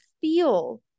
feel